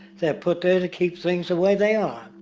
they are put there, to keep things the way they are.